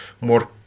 more